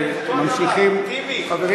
חברים,